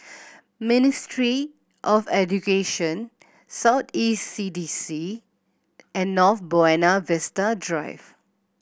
Ministry of Education South East C D C and North Buona Vista Drive